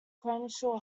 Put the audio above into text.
crenshaw